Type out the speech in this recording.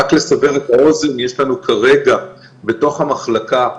רק לסבר את האוזן, יש לנו כרגע בתוך המחלקה,